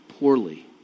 Poorly